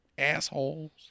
assholes